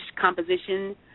composition